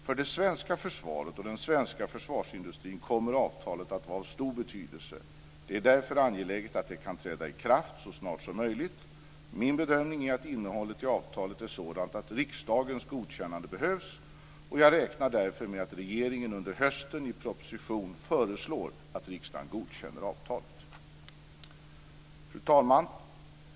För det svenska försvaret och den svenska försvarsindustrin kommer avtalet att vara av stor betydelse. Det är därför angeläget att det kan träda i kraft så snart som möjligt. Min bedömning är att innehållet i avtalet är sådant att riksdagens godkännande behövs, och jag räknar därför med att regeringen under hösten i en proposition föreslår att riksdagen godkänner avtalet. Fru talman!